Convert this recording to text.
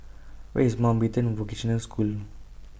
Where IS Mountbatten Vocational School